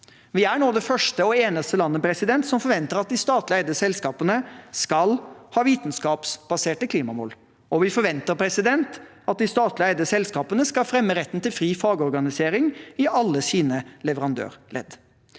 Vi er nå det første og eneste landet som forventer at de statlig eide selskapene skal ha vitenskapsbaserte klimamål, og vi forventer at de statlig eide selskapene skal fremme retten til fri fagorganisering i alle sine leverandørledd.